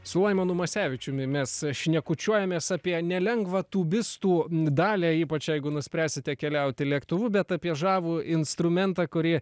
su laimonu masevičiumi mes šnekučiuojamės apie nelengvą tūbistų dalią ypač jeigu nuspręsite keliauti lėktuvu bet apie žavų instrumentą kurį